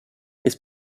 his